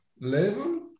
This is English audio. level